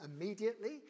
immediately